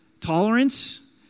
Tolerance